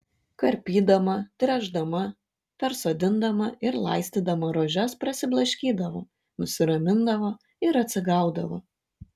karpydama tręšdama persodindama ir laistydama rožes prasiblaškydavo nusiramindavo ir atsigaudavo